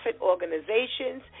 organizations